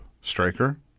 striker